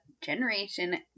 Generation